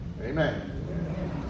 Amen